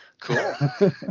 Cool